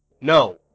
No